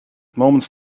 moments